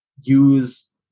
use